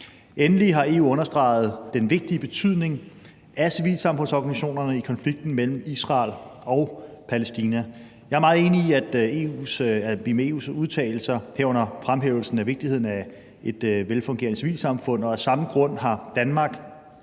Endelig har EU understreget den vigtige betydning af civilsamfundsorganisationerne i konflikten mellem Israel og Palæstina. Jeg er meget enig i EU's udtalelser, herunder fremhævelsen af vigtigheden af et velfungerende civilsamfund, og af samme grund har Danmark